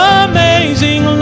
amazing